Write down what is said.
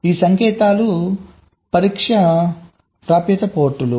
ఈ సంకేతాలు పరీక్ష ప్రాప్యత పోర్టులు